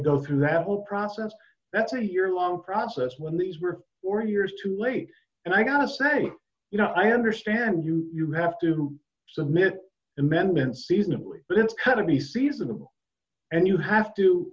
go through that whole process that's a year long process when these were four years too late and i gotta say you know i understand you you have to submit amendments seasonally but it's kind of the seasonable and you have to